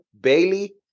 Bailey